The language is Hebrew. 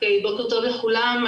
בוקר טוב לכולם,